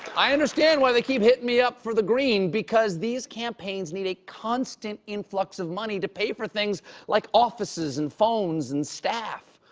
i understand why they keep hitting me up for the green, because these campaigns need a constant influx of money to pay for things like offices and phones and staff.